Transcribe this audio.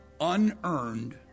unearned